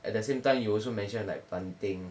at the same time you also mentioned like planting